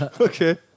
Okay